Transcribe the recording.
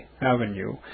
Avenue